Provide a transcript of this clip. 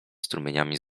strumieniami